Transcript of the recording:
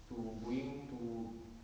to going to